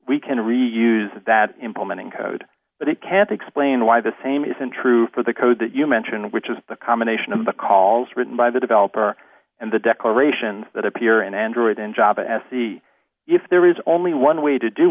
we can reuse that implementing code but it can't explain why the same isn't true for the code that you mention which is the combination of the calls written by the developer and the declarations that appear in android and job se if there is only one way to do